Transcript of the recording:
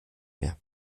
mehr